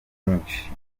myinshi